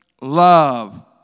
love